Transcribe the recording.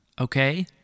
Okay